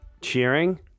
cheering